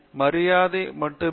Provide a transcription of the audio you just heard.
Viswanathan மரியாதைக்குறியவர்